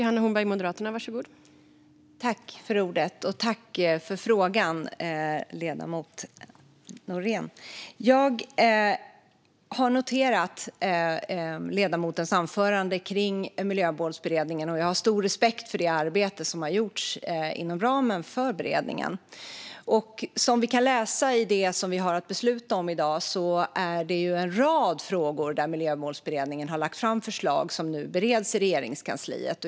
Fru talman! Tack för frågan, ledamoten Nohrén! Jag noterade ledamotens anförande när det gäller Miljömålsberedningen. Jag har stor respekt för det arbete som har gjorts inom ramen för beredningen. Som vi kan läsa när det gäller det som vi har att besluta om i dag finns det en rad frågor där Miljömålsberedningen har lagt fram förslag som nu bereds i Regeringskansliet.